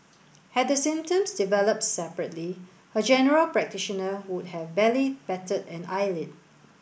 had the symptoms developed separately her general practitioner would have barely batted an eyelid